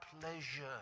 pleasure